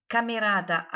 Camerata